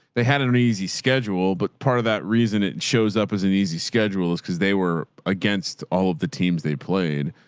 they had an an easy schedule. but part of that reason, it shows up as an easy schedule is because they were against all of the teams they played.